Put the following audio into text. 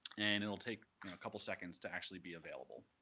and it'll take a couple of seconds to actually be available.